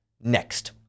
next